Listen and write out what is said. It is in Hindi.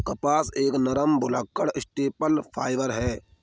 कपास एक नरम, भुलक्कड़ स्टेपल फाइबर है